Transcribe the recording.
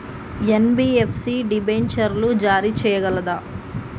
NBFC డిబెంచర్లు జారీ చేయగలదా?